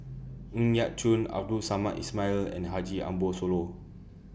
Ng Yat Chuan Abdul Samad Ismail and Haji Ambo Sooloh